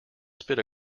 spit